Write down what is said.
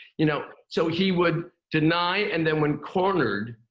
you know? so he would deny. and then, when cornered,